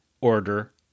order